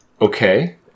okay